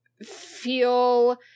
feel